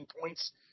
points